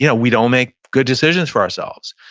you know we don't make good decisions for ourselves.